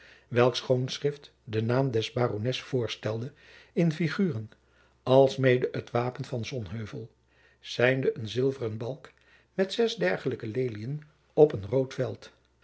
welk schoonschrift den naam des barons voorstelde in figuren alsmede het wapen van sonheuvel zijnde een zilveren balk met zes dergelijke leliën op een rood veld